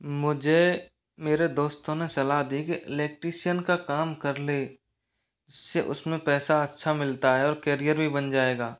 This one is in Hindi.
मुझे मेरे दोस्तों ने सलाह दी कि इलेक्ट्रीशियन का काम कर ले उससे उसमें पैसा अच्छा मिलता है और कैरियर भी बन जाएगा